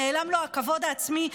נעלם לו הכבוד העצמי,